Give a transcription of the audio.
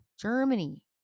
Germany